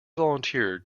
volunteered